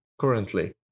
currently